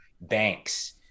banks